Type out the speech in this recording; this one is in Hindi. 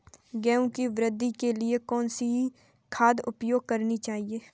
गेहूँ की वृद्धि के लिए कौनसी खाद प्रयोग करनी चाहिए?